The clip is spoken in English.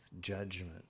judgment